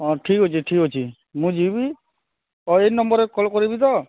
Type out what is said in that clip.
ହଁ ଠିକ୍ ଅଛି ଠିକ୍ ଅଛି ମୁଁ ଯିବି ହ ଏଇ ନମ୍ୱରରେ କଲ୍ କରିବି ତ